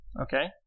okay